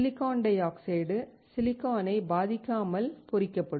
silicon dioxide சிலிக்கானைப் பாதிக்காமல் பொறிக்கப்படும்